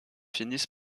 finissent